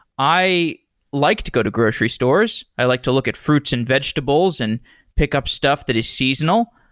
i like to go to grocery stores. i like to look at fruits and vegetables and pick up stuff that is seasonal,